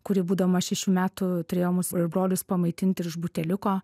kuri būdama šešių metų turėjo mus brolius pamaitinti ir iš buteliuko